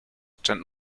tend